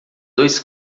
dois